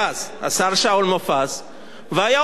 והיה אומר לנו: חברי חברי הכנסת,